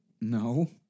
No